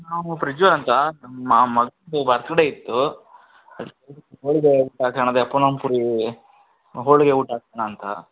ನಾವು ಪ್ರಜ್ಜಲ್ ಅಂತ ನಮ್ಮ ಮಗಂದು ಬರ್ತಡೇ ಇತ್ತು ಹೋಳಿಗೆ ಪೂನಮ್ ಪುರೀ ಹೋಳಿಗೆ ಊಟ ಹಾಕ್ಸೋಣ ಅಂತ